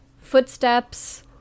footsteps